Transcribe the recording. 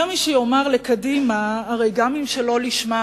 יהיה מי שיאמר לקדימה: הרי גם אם שלא לשמה,